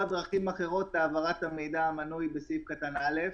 דרכים אחרות להעברת המידע המנוי בסעיף קטן (א),